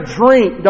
drink